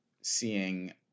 seeing